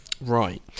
Right